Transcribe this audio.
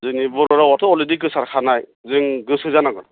जोंनि बर' रावआथ' अलरेदि गोसारखानाय जों गोसो जानांगोन